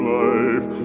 life